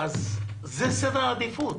אז זה סדר העדיפות.